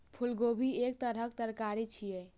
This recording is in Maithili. फूलगोभी एक तरहक तरकारी छियै